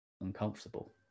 uncomfortable